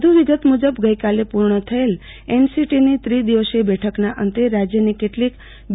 વધુ વિગત મુજબ ગઈકાલે પુર્ણ થયેલ એનસીટીની ત્રિદિવસીય બેઠકના અંતે રાજયની કેટલીક બી